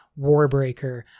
warbreaker